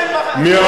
חבר הכנסת,